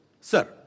Sir